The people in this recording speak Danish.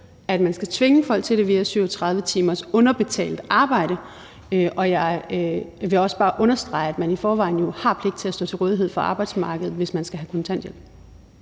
at man skal tvinge folk til det ved at søge 20-30 timers underbetalt arbejde. Og jeg vil også bare understrege, at man i forvejen har pligt til at stå til rådighed for arbejdsmarkedet, hvis man skal have kontanthjælp.